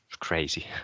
crazy